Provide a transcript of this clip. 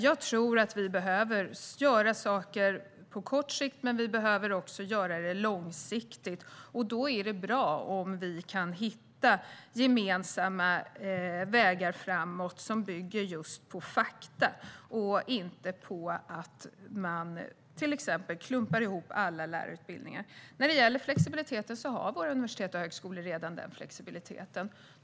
Jag tror att vi behöver göra saker på kort sikt, men vi behöver också göra saker långsiktigt. Då är det bra om vi kan hitta gemensamma vägar framåt som bygger på fakta och inte på att man till exempel klumpar ihop alla lärarutbildningar. Våra universitet och högskolor har redan denna flexibilitet.